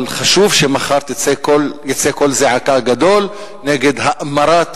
אבל חשוב שמחר יצא קול זעקה גדול נגד האמרת